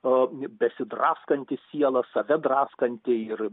o besidraskanti siela save draskanti ir